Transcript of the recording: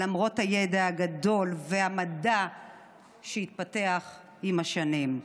למרות הידע הגדול והמדע שהתפתח עם השנים.